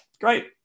great